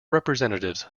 representatives